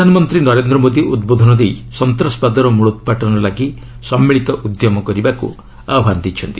ପ୍ରଧାନମନ୍ତ୍ରୀ ନରେନ୍ଦ୍ର ମୋଦୀ ଉଦ୍ବୋଧନ ଦେଇ ସନ୍ତାସବାଦର ମୁଳଉତ୍ପାଟନ ଲାଗି ସମ୍ମିଳୀତ ଉଦ୍ୟମ କରିବାକୁ ଆହ୍ୱାନ ଦେଇଛନ୍ତି